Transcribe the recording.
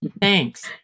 Thanks